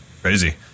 crazy